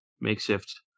makeshift